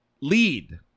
lead